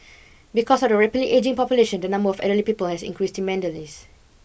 because of the rapidly ageing population the number of elderly people has increased tremendous